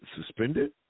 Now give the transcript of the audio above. suspended